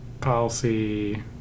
policy